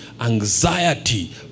anxiety